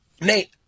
Nate